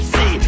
See